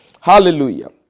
Hallelujah